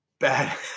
Bad